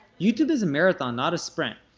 youtube is a marathon, not a sprint.